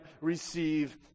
receive